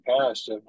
past